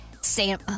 Sam